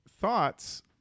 thoughts